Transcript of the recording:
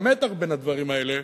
והמתח בין הדברים האלה,